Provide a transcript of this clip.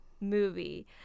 movie